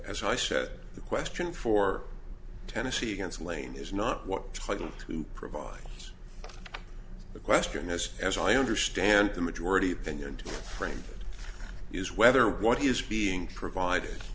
as i said the question for tennessee against lane is not what title to provide the question is as i understand the majority opinion to friends is whether what is being provided